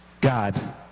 God